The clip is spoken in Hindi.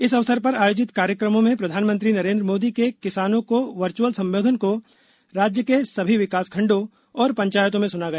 इस अवसर पर आयोजित कार्यकमों में प्रधानमंत्री नरेंद्र मोदी के किसानों को वर्चुअल सम्बोधन को राज्य के सभी विकास खण्डों और पंचायतों में सुना गया